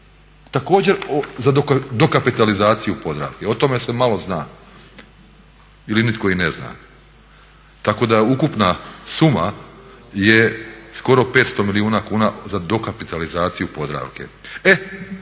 također za dokapitalizaciju Podravke. O tome se malo zna ili nitko i ne zna, tako da je ukupna suma skoro 500 milijuna kuna za dokapitalizaciju Podravke.